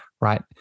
right